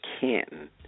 Canton